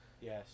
yes